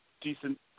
decent –